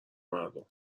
مردم